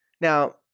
Now